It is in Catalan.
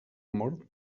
mort